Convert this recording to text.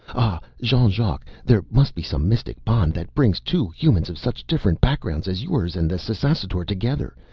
ah, jean-jacques, there must be some mystic bond that brings two humans of such different backgrounds as yours and the ssassaror together,